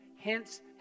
hence